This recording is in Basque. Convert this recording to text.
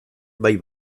bai